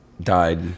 died